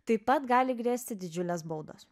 taip pat gali grėsti didžiulės baudos